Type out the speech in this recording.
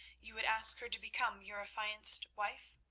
you would ask her to become your affianced wife?